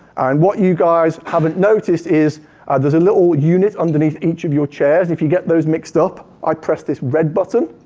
and what you guys haven't noticed is there's a little unit under each of your chairs. if you get those mixed up, i press this red button,